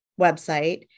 website